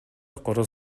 короз